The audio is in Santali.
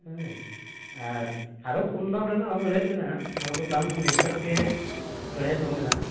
ᱟᱨ ᱟᱨᱚ ᱠᱚᱢ ᱫᱟᱢ ᱨᱮᱱᱟᱜ ᱦᱚᱸ ᱢᱮᱬᱦᱮᱫ ᱢᱮᱱᱟᱜᱼᱟ ᱚᱱᱟ ᱫᱚ ᱫᱟᱢ ᱦᱤᱥᱟᱹᱵᱽ ᱜᱮ ᱢᱮᱬᱦᱮᱫ ᱦᱚᱸ ᱢᱮᱱᱟᱜᱼᱟ